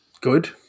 good